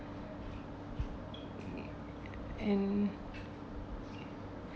and